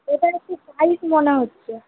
এটা একটু টাইট মনে হচ্ছে